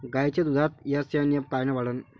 गायीच्या दुधाचा एस.एन.एफ कायनं वाढन?